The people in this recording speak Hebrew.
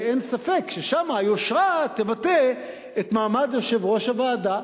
אין ספק ששם היושרה תבטא את מעמד יושב-ראש הוועדה.